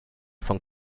von